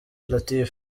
latif